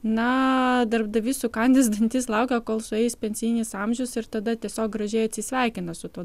na darbdavys sukandęs dantis laukia kol sueis pensinis amžius ir tada tiesiog gražiai atsisveikina su tuo